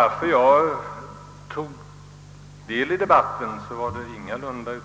Att jag tog del i debatten hade ingalunda det